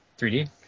3D